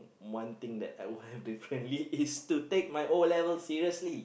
one thing I would have differently is to take my O-levels seriously